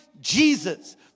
Jesus